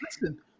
listen